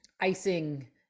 icing